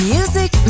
Music